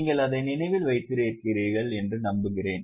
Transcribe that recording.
நீங்கள் அதை நினைவில் வைத்திருக்கிறீர்கள் என்று நம்புகிறேன்